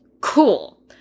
cool